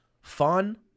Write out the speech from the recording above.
fun